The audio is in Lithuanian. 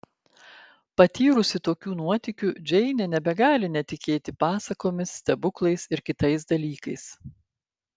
patyrusi tokių nuotykių džeinė nebegali netikėti pasakomis stebuklais ir kitais dalykais